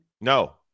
No